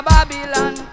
Babylon